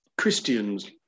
Christians